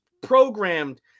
programmed